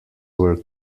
were